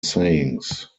sayings